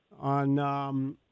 on